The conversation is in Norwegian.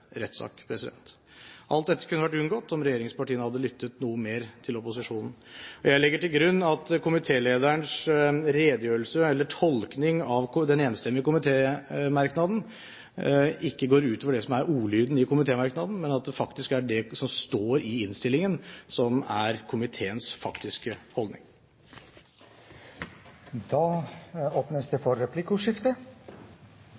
rettssak. Alt dette kunne vært unngått om regjeringspartiene hadde lyttet noe mer til opposisjonen. Jeg legger til grunn at komitélederens redegjørelse eller tolkning av den enstemmige komitémerknaden ikke går ut over det som er ordlyden i komitémerknaden, men at det faktisk er det som står i innstillingen, som er komiteens faktiske holdning. Det